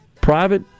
private